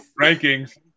Rankings